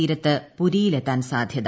തീരത്ത് പുരിയിലെത്താൻ സാധ്യത